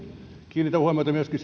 kiinnitän huomiota myöskin